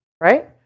Right